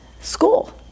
school